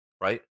right